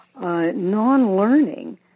non-learning